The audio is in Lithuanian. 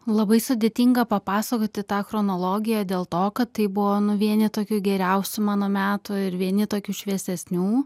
labai sudėtinga papasakoti tą chronologiją dėl to kad tai buvo nu vieni tokių geriausių mano metų ir vieni tokių šviesesnių